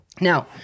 Now